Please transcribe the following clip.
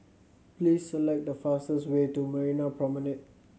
please select the fastest way to Marina Promenade